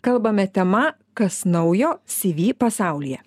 kalbame tema kas naujo cv pasaulyje